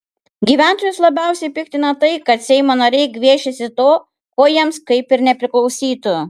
gyventojus labiausiai piktina tai kad seimo nariai gviešiasi to ko jiems kaip ir nepriklausytų